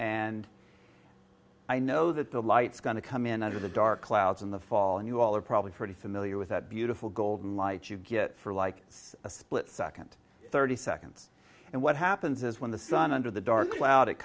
and i know that the light's going to come in under the dark clouds in the fall and you all are probably pretty familiar with that beautiful golden light you get for like a split second thirty seconds and what happens is when the sun under the dark cloud it